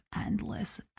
endless